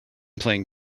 playing